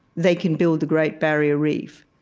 they can build the great barrier reef,